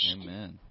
Amen